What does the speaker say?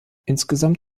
insgesamt